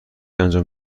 انجام